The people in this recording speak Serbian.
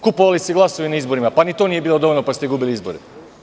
Kupovali se glasovi na izborima, pa ni to nije bilo dovoljno, pa ste gubili izbore.